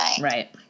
right